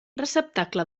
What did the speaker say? receptacle